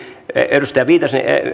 edustaja viitasen